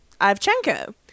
Ivchenko